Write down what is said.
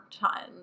time